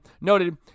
noted